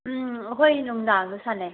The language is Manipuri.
ꯎꯝ ꯍꯣꯏ ꯅꯨꯃꯤꯗꯥꯡꯗ ꯁꯥꯟꯅꯩ